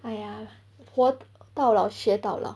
!aiya! 活到老学到老